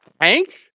Hank